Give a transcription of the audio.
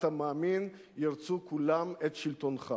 אתה מאמין, ירצו כולם את שלטונך.